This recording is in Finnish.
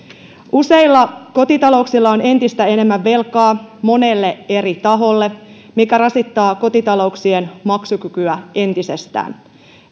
useilla kotitalouksilla on entistä enemmän velkaa monelle eri taholle mikä rasittaa kotitalouksien maksukykyä entisestään